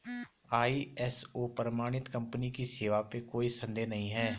ISO प्रमाणित company की सेवा पे कोई संदेह नहीं है